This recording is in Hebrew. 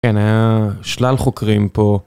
כן, היה שלל חוקרים פה.